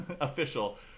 official